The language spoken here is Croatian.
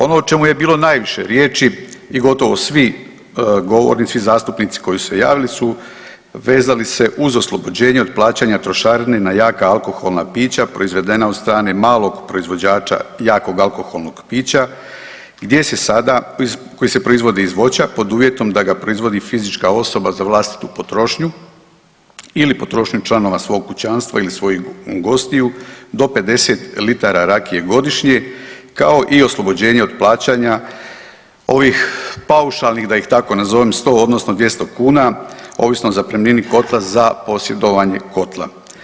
Ono o čemu je bilo najviše riječi i gotovo svi govornici i zastupnici koji su se javili su vezali se uz oslobođenje od plaćanja trošarine na jaka alkoholna pića proizvedena od strane malog proizvođača jakog alkoholnog pića koji se proizvodi iz voća pod uvjetom da ga proizvodi fizička osoba za vlastitu potrošnju ili potrošnju članova svog kućanstva ili svojih gostiju do 50 litara rakije godišnje, kao i oslobođenje od plaćanja ovih paušalnih, da ih tako nazovem, 100 odnosno 200 kuna ovisno o zapremnini kotla za posjedovanje kotla.